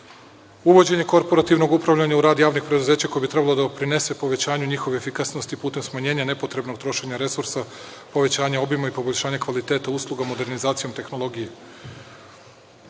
uvođenje korporativnog upravljanja u rad javnih preduzeća koje bi trebalo da doprinese povećanju njihove efikasnosti putem smanjenja nepotrebnog trošenja resursa, povećanja obima i poboljšanja kvaliteta usluga modernizacijom tehnologije,